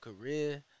career